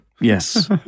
Yes